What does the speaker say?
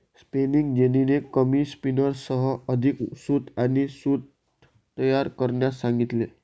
spinning जेनीने कमी स्पिनर्ससह अधिक सूत आणि सूत तयार करण्यास सांगितले